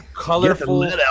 colorful